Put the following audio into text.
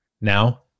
Now